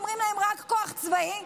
אומרים להן: רק כוח צבאי.